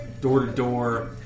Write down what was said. door-to-door